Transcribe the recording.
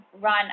run